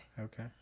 Okay